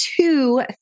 two